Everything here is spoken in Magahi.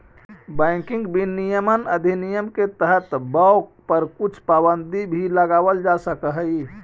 बैंकिंग विनियमन अधिनियम के तहत बाँक पर कुछ पाबंदी भी लगावल जा सकऽ हइ